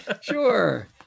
Sure